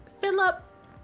Philip